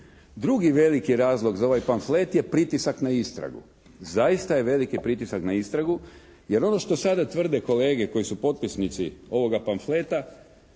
Drugi veliki razlog za ovaj pamflet je pritiska na istragu. Zaista je veliki pritisak na istragu jer ono što sada tvrde kolege koji su potpisnici ovoga pamfleta,